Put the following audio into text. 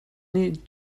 nih